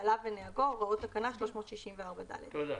בעליו ונהגו הוראות תקנה 364ד."" תודה.